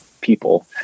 people